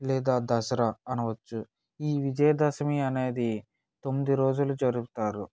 లేదా దసరా అనవచ్చు ఈ విజయదశమి అనేది తొమ్మిది రోజులు జరుపుతారు